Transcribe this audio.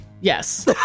Yes